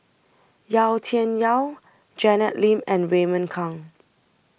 Yau Tian Yau Janet Lim and Raymond Kang